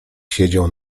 siedział